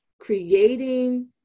creating